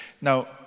Now